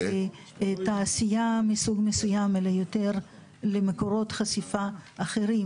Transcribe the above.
לתעשייה מסוג מסוים אלא יותר למקורות חשיפה אחרים,